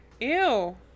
Ew